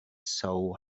soul